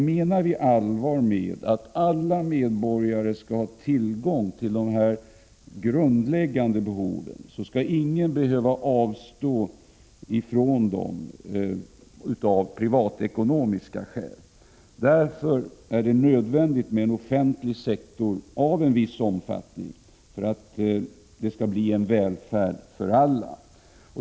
Menar vi allvar med att alla medborgare skall ha täckning för de här grundläggande behoven, så skall ingen behöva avstå från detta av privatekonomiska skäl. Därför är det nödvändigt med en offentlig sektor av viss omfattning för att det skall bli en välfärd för alla.